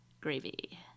gravy